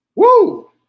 Woo